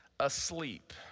asleep